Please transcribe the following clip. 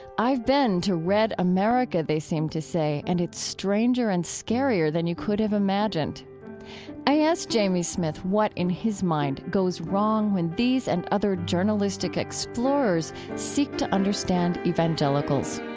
i've been to red america they seem to say, and it's stranger and scarier than you could have imagined i asked jamie smith what, in his mind, goes wrong when these and other journalistic explorers seek to understand evangelicals